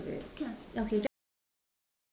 okay just put the phone on the table yeah